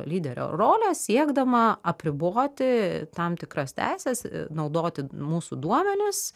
lyderio rolės siekdama apriboti tam tikras teises naudoti mūsų duomenis